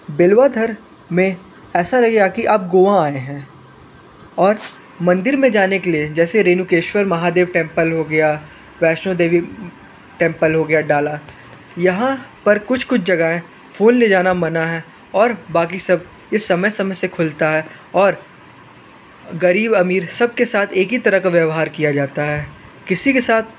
बिलवाधर में ऐसा रहेगा कि आप गोवा आए है और मंदिर मे जाने के लिए जैसे रेणुकेश्वर महादेव टेम्पल हो गया वैष्णो देवी टेम्पल हो गया डाला यहाँ पर कुछ कुछ जगहें फूल ले जाना मना है और बाकी सब इस समय समय से खुलता है और गरीब अमीर सब के साथ एक ही तरह का व्यवहार किया जाता है किसी के साथ